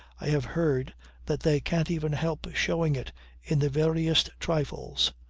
i have heard that they can't even help showing it in the veriest trifles.